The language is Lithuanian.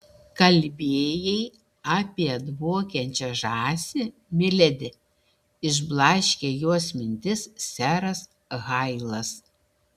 kalbėjai apie dvokiančią žąsį miledi išblaškė jos mintis seras hailas